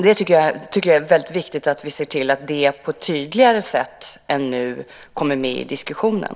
Det är viktigt att vi ser till att det på ett tydligare sätt än nu kommer med i diskussionen.